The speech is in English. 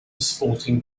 sporting